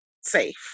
safe